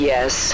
Yes